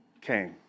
came